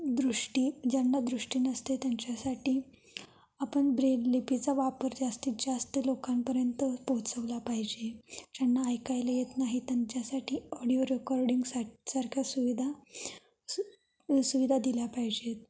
दृष्टी ज्यांना दृष्टी नसते त्यांच्यासाठी आपण ब्रेल लिपीचा वापर जास्तीत जास्त लोकांपर्यंत पोचवला पाहिजे ज्यांना ऐकायला येत नाही त्यांच्यासाठी ऑडिओ रेकॉर्डिंगसा सारख्या सुविधा सु सुविधा दिल्या पाहिजेत